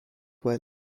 where